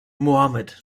muhammad